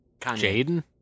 Jaden